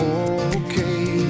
okay